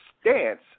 stance